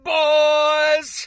boys